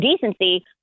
decency